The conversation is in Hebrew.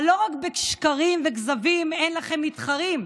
אבל לא רק בשקרים וכזבים אין לכם מתחרים,